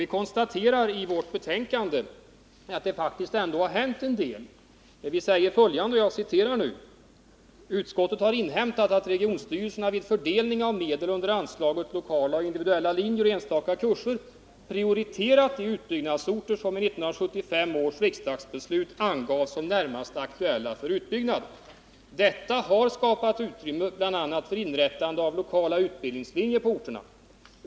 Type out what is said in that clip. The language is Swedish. Vi konstaterar i vårt betänkande att det faktiskt ändå har hänt en hel del, och vi säger följande: ”Utskottet har inhämtat att regionstyrelserna vid fördelning av medel under anslaget Lokala och individuella linjer och enstaka kurser prioriterat de utbyggnadsorter som i 1975 års riksdagsdebatt angavs som närmast aktuella för utbyggnad. Detta har skapat utrymme bl.a. för inrättande av lokala utbildningslinjer på orterna.